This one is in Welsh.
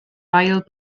ail